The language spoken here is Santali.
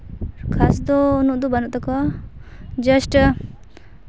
ᱠᱷᱟᱥ ᱩᱱᱟᱹᱜ ᱫᱚ ᱵᱟᱹᱱᱩᱜ ᱛᱟᱠᱚᱣᱟ ᱡᱟᱥᱴ